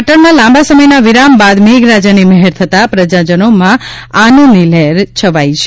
પાટણમાં લાંબા સમયના વિરામ બાદ મેઘરાજાની મહેર થતાં પ્રજાજનોમાં આનંદની લહેર છવાઇ છે